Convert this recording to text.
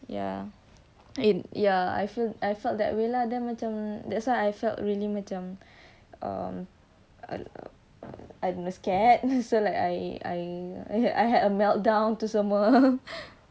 ya I feel I felt that way lah then macam that's why I felt really macam um I'm scared like I I had I had a meltdown semua